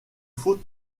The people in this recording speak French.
faux